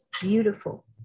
beautiful